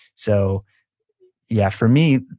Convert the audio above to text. so yeah, for me,